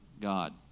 God